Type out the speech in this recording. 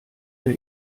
der